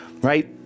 right